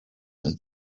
and